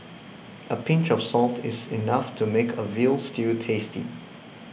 a pinch of salt is enough to make a Veal Stew tasty